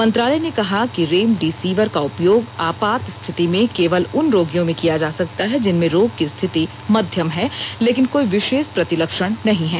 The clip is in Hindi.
मंत्रालय ने कहा कि रेमडीसिविर का उपयोग आपात स्थिति में केवल उन रोगियों में किया जा सकता है जिनमें रोग की स्थिति मध्यम है लेकिन कोई विशेष प्रतिलक्षण नहीं हैं